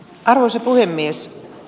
arvoisa puhemies